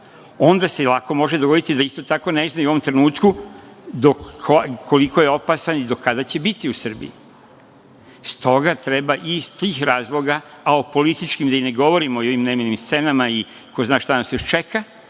onda se lako može dogoditi da isto tako ne znaju u ovom trenutku koliko je opasan i do kada će biti u Srbiji. Stoga treba i iz tih razloga, a o političkim da i ne govorimo, o nemilim scenama i ko zna šta nas još čeka,